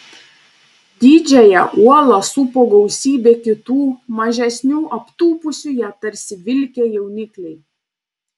didžiąją uolą supo gausybė kitų mažesnių aptūpusių ją tarsi vilkę jaunikliai